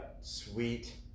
Sweet